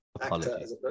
apologies